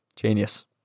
Genius